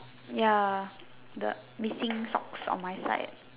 ya the missing socks on my side